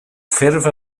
ffurf